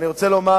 אני רוצה לומר